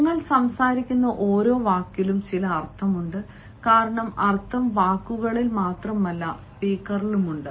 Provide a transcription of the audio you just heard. നിങ്ങൾ സംസാരിക്കുന്ന ഓരോ വാക്കിനും ചില അർത്ഥമുണ്ട് കാരണം അർത്ഥം വാക്കുകളിൽ മാത്രമല്ല സ്പീക്കറിലും ഉണ്ട്